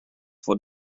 voor